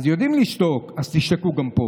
יודעים לשתוק, אז תשתקו גם פה.